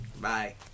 Bye